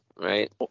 Right